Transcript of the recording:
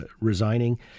resigning